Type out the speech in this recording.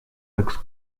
looks